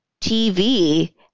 TV